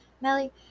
Melly